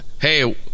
hey